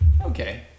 okay